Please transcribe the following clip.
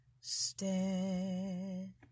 stand